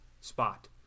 spot